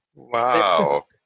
Wow